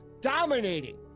dominating